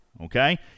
okay